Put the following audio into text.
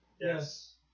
Yes